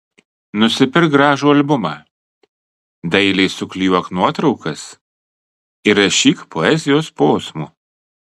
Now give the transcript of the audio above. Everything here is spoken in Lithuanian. nusipirk gražų albumą dailiai suklijuok nuotraukas įrašyk poezijos posmų